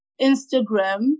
Instagram